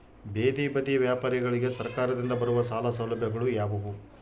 ಬೇದಿ ಬದಿ ವ್ಯಾಪಾರಗಳಿಗೆ ಸರಕಾರದಿಂದ ಬರುವ ಸಾಲ ಸೌಲಭ್ಯಗಳು ಯಾವುವು?